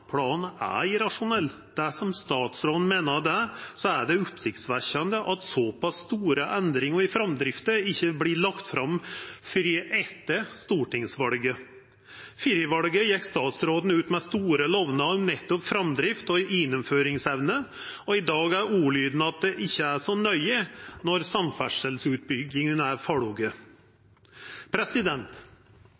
planen er irrasjonell. Dersom statsråden meiner det, er det oppsiktsvekkjande at såpass store endringar av framdrifta ikkje vert lagde fram før etter stortingsvalet. Før valet gjekk statsråden ut med store lovnader om nettopp framdrifta og gjennomføringsevna, og i dag er ordlyden at det ikkje er så nøye når samferdselsutbygginga er